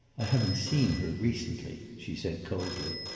i haven't seen her recently, she said coldly.